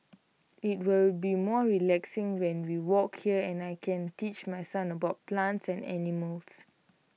IT will be more relaxing when we walk here and I can teach my son about plants and animals